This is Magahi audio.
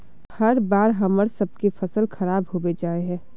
हर बार हम्मर सबके फसल खराब होबे जाए है?